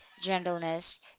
gentleness